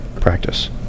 practice